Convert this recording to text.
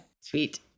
Sweet